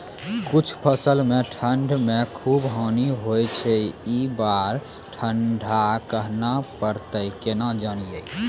कुछ फसल मे ठंड से खूब हानि होय छैय ई बार ठंडा कहना परतै केना जानये?